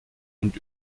und